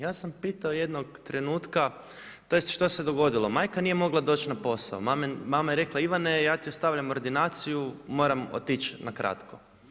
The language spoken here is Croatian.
Ja sam pitao jednog trenutka, tj. što se dogodilo, majka nije mogla doći na posao, mama je rekla Ivane ja ti ostavljam ordinaciju, moram otići nakratko.